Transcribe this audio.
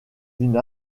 une